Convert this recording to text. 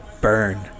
burn